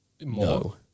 no